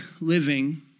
living